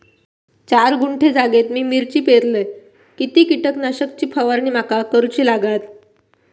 चार गुंठे जागेत मी मिरची पेरलय किती कीटक नाशक ची फवारणी माका करूची लागात?